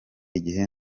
igihe